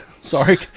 Sorry